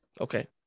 Okay